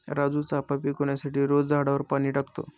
राजू चाफा पिकवण्यासाठी रोज झाडावर पाणी टाकतो